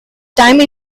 time